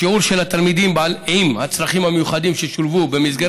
השיעור של התלמידים עם הצרכים המיוחדים ששולבו במסגרת